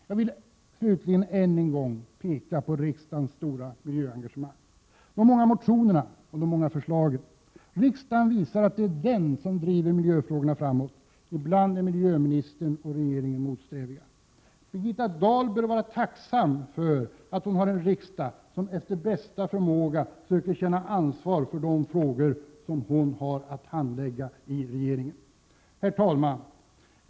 Jag vill slutligen ännu en gång peka på riksdagens stora miljöengagemang. Det finns ju många motioner och många förslag. Riksdagen visar att det är den som driver miljöfrågorna framåt. Men ibland är miljöministern och regeringen motsträviga. Birgitta Dahl bör vara tacksam för att hon har en riksdag som efter bästa förmåga söker ta ansvar för de frågor som hon har att handlägga i regeringen. Herr talman!